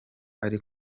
ari